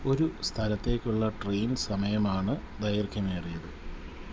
ഒരു സ്ഥലത്തേക്കുള്ള ട്രെയിൻ സമയമാണ് ദൈർഘ്യമേറിയത്